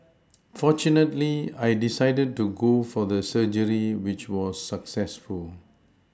fortunately I decided to go for the surgery which was successful